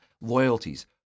loyalties